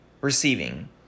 receiving